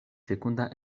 fekunda